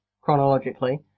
chronologically